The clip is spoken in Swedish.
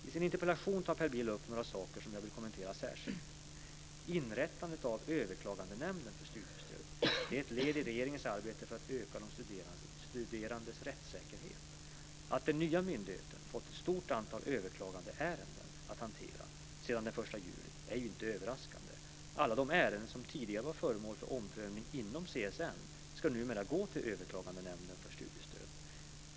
I sin interpellation tar Per Bill upp några saker som jag vill kommentera särskilt. Inrättandet av Överklagandenämnden för studiestöd är ett led i regeringens arbete för att öka de studerandes rättssäkerhet. Att den nya myndigheten fått ett stort antal överklagandeärenden att hantera sedan den 1 juli är inget överraskande. Alla de ärenden som tidigare var föremål för omprövning inom CSN ska numera gå till Överklagandenämnden för studiestöd.